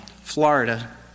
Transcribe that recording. Florida